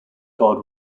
guard